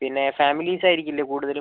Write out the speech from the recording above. പിന്നെ ഫാമിലീസ് ആയിരിക്കില്ലേ കുടുതലും